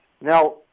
Now